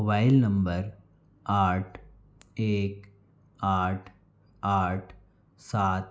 mobile number आठ एक आठ आठ सात